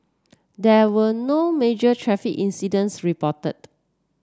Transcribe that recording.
there were no major traffic incidents reported